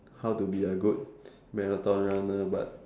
how to be a good marathon runner but